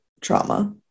trauma